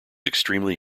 extremely